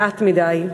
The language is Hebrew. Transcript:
מעט מדי.